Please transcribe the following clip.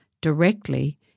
directly